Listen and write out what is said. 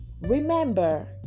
Remember